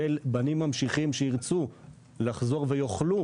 של בנים ממשיכים שירצו לחזור ויוכלו